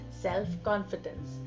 self-confidence